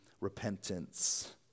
repentance